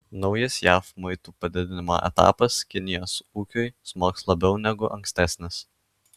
naujas jav muitų padidinimo etapas kinijos ūkiui smogs labiau negu ankstesnis